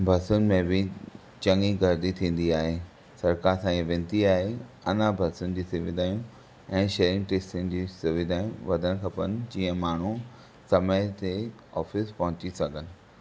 बसुनि में बि चङी गरदी थींदी आहे सरकार सां इहा वेनिती आहे अञा बसुनि जी सुविधाऊं ऐं शेयरिंग टैक्सियुनि जी सुविधाऊं वधणु खपनि जीअं माण्हू समय ते ऑफिस पहुची सघनि